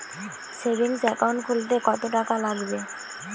Savings account খুলতে কতটাকা লাগবে?